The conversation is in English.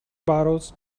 bottles